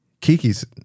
Kiki's